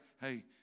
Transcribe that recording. Hey